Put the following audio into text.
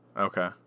Okay